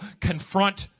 confront